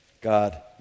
God